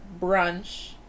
brunch